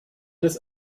des